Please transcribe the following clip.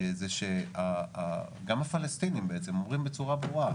היא שגם הפלסטינים בעצם אומרים בצורה ברורה: